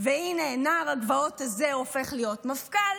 הינה, נער הגבעות הזה הופך להיות מפכ"ל.